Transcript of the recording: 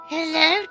Hello